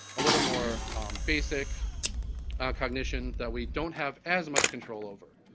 a little more basic cognition that we don't have as much control over.